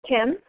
Kim